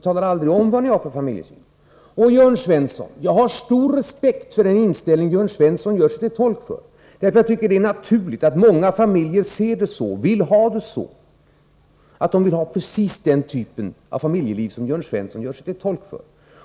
Till Jörn Svensson: Jag har stor respekt för den inställning som Jörn Svensson gör sig till tolk för. Det är naturligt att många familjer ser det hela så och vill ha det så — att de vill ha precis den typ av familjeliv som Jörn Svensson gör sig till tolk för.